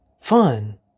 Fun